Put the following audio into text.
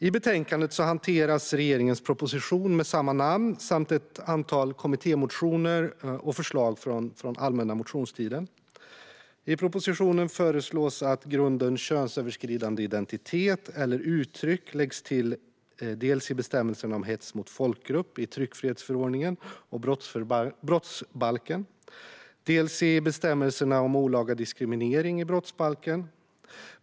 I betänkandet hanteras regeringens proposition med samma namn samt ett antal kommittémotioner och förslag från allmänna motionstiden. I propositionen föreslås att grunden könsöverskridande identitet eller uttryck läggs till dels i bestämmelserna om hets mot folkgrupp i tryckfrihetsförordningen och brottsbalken, dels i bestämmelserna om olaga diskriminering i brottsbalken.